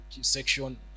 section